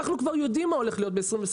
אנחנו כבר יודעים מה הולך להיות ב-2022: